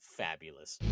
fabulous